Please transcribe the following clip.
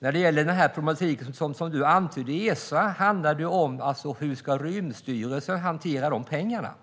Den problematik som Fredrik Christensson antyder när det gäller Esa handlar om hur Rymdstyrelsen ska hantera de pengarna.